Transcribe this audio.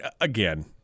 Again